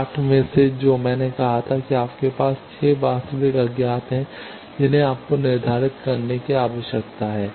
8 में से जो मैंने कहा था कि आपके पास अब 6 वास्तविक अज्ञात हैं जिन्हें आपको निर्धारित करने की आवश्यकता है